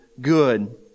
good